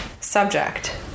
subject